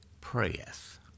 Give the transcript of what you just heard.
prayeth